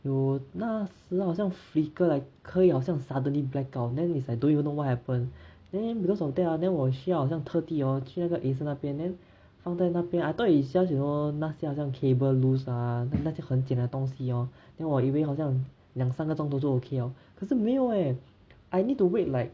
有那时好像 flicker like 可以好像 suddenly blackout then is like I don't even know what happen then because of that ah then 我需要好像特地 hor 去那个 Acer 那边 then 放在那边 I thought is just you know 那些好像 cable lose ah then 那些很紧的东西 hor then 我以为好像两三个钟头就 okay 了可是没有 eh I need to wait like